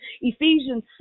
ephesians